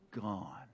gone